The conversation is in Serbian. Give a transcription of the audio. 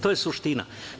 To je suština.